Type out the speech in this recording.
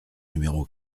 numéro